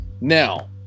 Now